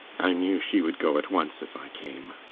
i knew she would go at once if i came.